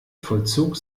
vollzog